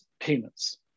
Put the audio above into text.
payments